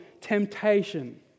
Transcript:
temptation